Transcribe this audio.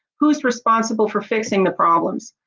who's responsible for fixing the problems?